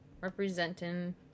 Representing